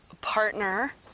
partner